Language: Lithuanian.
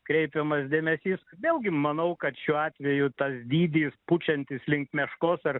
kreipiamas dėmesys vėlgi manau kad šiuo atveju tas dydis pučiantis link meškos ar